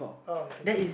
oh okay